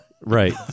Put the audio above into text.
Right